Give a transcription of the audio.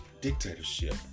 dictatorship